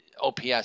OPS